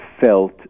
felt